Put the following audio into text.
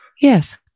Yes